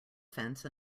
fence